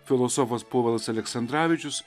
filosofas povilas aleksandravičius